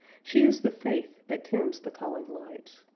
she is the faith that tends the calling lights.